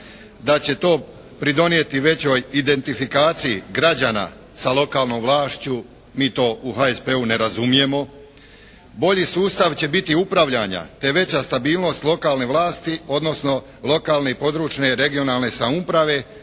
da će to pridonijeti većoj identifikaciji građana sa lokalnom vlašću. Mi to u HSP-u ne razumijemo. Bolji sustav će biti upravljanja, te veća stabilnost lokalne vlasti, odnosno lokalne i područne (regionalne) samouprave,